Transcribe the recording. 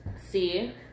See